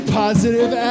positive